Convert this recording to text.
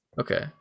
Okay